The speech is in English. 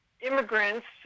immigrants